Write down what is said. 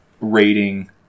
rating